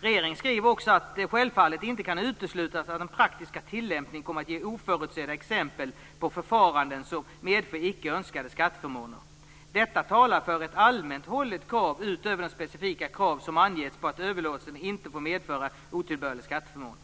Regeringen skrev att det självfallet inte kan uteslutas att den praktiska tillämpningen kommer att ge oförutsedda exempel på förfaranden som medför icke önskade skatteförmåner. Detta talar för ett allmänt hållet krav utöver de specifika krav som anges på att överlåtelsen inte får medföra otillbörlig skatteförmån.